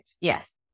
Yes